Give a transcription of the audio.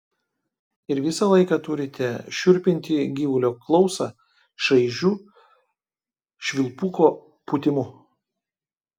ir visą laiką turite šiurpinti gyvulio klausą šaižiu švilpuko pūtimu